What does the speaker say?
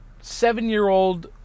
seven-year-old